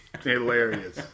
Hilarious